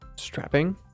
Strapping